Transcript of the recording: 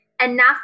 enough